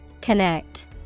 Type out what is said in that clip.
Connect